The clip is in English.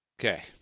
Okay